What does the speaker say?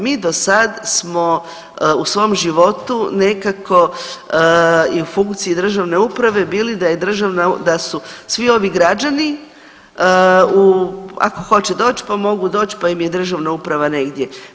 Mi do sad smo u svom životu nekako i u funkciji državne uprave bili da je državna, da su svi ovi građani u ako hoće doći pa mogu doći, pa im je državna uprava negdje.